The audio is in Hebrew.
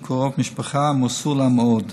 שהוא קרוב משפחה ומסור לה מאוד,